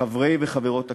חברי וחברות הכנסת,